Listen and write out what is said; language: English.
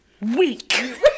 weak